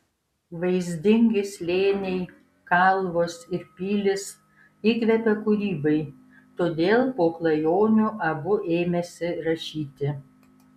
vaizdingi slėniai kalvos ir pilys įkvepia kūrybai todėl po klajonių abu ėmėsi rašyti